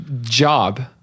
job